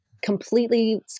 completely